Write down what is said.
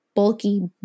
bulky